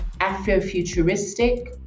Afrofuturistic